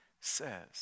says